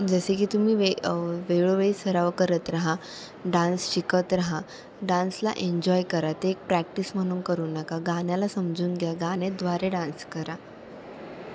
जसे की तुम्ही वे वेळोवेळी सराव करत रहा डान्स शिकत रहा डान्सला एन्जॉय करा ते एक प्रॅक्टिस म्हणून करू नका गाण्याला समजून घ्या गाणेद्वारे डान्स करा